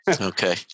okay